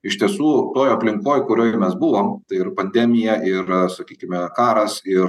iš tiesų toj aplinkoj kurioj mes buvom tai ir pandemija ir sakykime karas ir